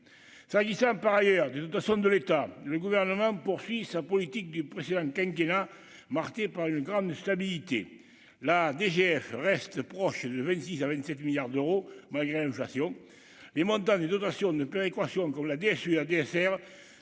s'agissant par ailleurs de de l'État, le gouvernement poursuit sa politique du précédent quinquennat marqué par une grande stabilité la DGF reste de 26 à 27 milliards d'euros malgré l'inflation, les montant des dotations de péréquation pour la dissuader